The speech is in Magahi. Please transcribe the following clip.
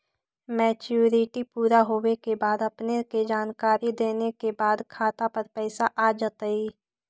मैच्युरिटी पुरा होवे के बाद अपने के जानकारी देने के बाद खाता पर पैसा आ जतई?